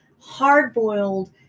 hard-boiled